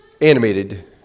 animated